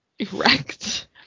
Erect